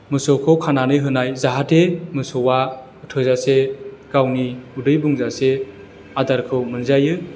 मोसौखौ खानानै होनाय जाहाथे मोसौआ थोजासे गावनि उदै बुंजासे आदारखौ मोनजायो